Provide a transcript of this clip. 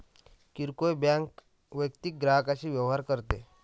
किरकोळ बँक वैयक्तिक ग्राहकांशी व्यवहार करते